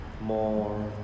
more